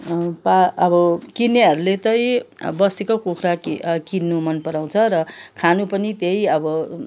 अब किन्नेहरूले चाहिँ बस्तीकै कुखुरा कि किन्नु मन पराउँछ र खानु पनि त्यही अब